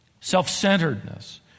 self-centeredness